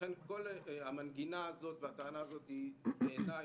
לכן כל המנגינה הזאת והטענה הזאת הן, בעיניי,